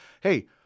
hey